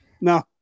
No